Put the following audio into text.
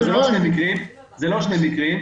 זה לא שני מקרים.